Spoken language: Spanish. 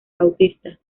bautista